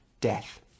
death